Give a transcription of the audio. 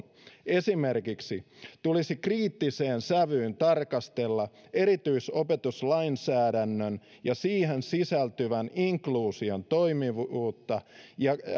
esimerkiksi tulisi kriittiseen sävyyn tarkastella erityisopetuslainsäädännön ja siihen sisältyvän inkluusion toimivuutta